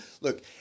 look